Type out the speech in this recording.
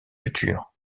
futures